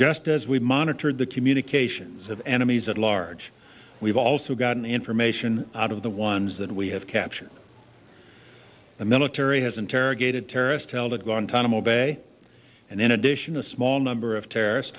just as we monitored the communications of enemies at large we've also gotten information out of the ones that we have captured the military has interrogated terrorists held at guantanamo bay and in addition a small number of terrorist